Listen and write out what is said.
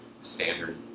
standard